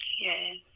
Yes